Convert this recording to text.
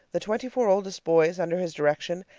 the twenty-four oldest boys, under his direction,